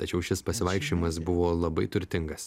tačiau šis pasivaikščiojimas buvo labai turtingas